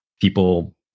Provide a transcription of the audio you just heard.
people